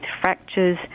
fractures